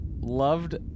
loved